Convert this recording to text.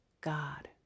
God